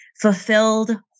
fulfilled